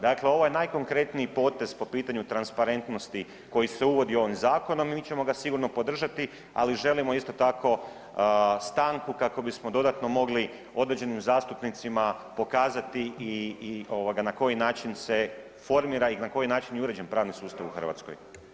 Dakle, ovo je najkonkretniji potez po pitanju transparentnosti koji se uvodi ovim zakonom i mi ćemo ga sigurno podržati, ali želimo isto tako stanku kako bismo dodatno mogli određenim zastupnicima pokazati i, i ovoga na koji način se formira i na koji način je uređen pravni sustav u Hrvatskoj.